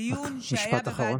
דיון שהיה בוועדה, משפט אחרון.